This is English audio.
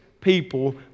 people